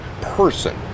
person